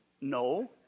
No